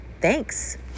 Thanks